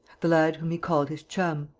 the lad whom he called his chum,